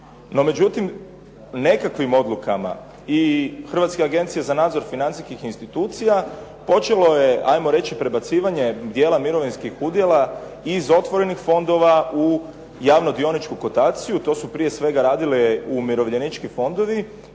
međutim, nekakvim odlukama i Hrvatske agencije za nadzor financijskih institucija počelo je 'ajmo reći prebacivanje dijela mirovinskih udjela iz otvorenih fondova u javno-dioničku kotaciju. To su prije svega radili umirovljenički fondovi